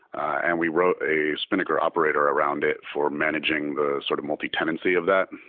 and we wrote a spinnaker operator around it for managing the sort of multi-tenancy of that.